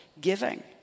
giving